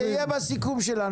יפה, זה יהיה בסיכום שלנו.